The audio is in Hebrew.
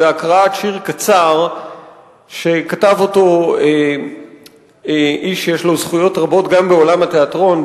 בהקראת שיר קצר שכתב אותו איש שיש לו זכויות רבות גם בעולם התיאטרון,